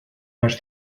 los